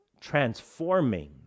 transforming